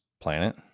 planet